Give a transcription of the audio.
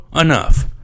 enough